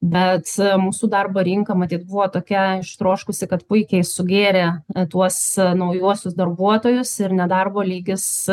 bet mūsų darbo rinka matyt buvo tokia ištroškusi kad puikiai sugėrė tuos naujuosius darbuotojus ir nedarbo lygis